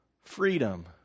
freedom